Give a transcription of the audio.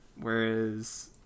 Whereas